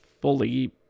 fully